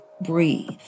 breathe